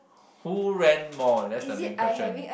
who ran more that's the main question